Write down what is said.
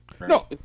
No